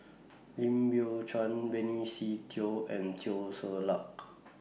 Lim Biow Chuan Benny Se Teo and Teo Ser Luck